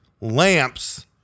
lamps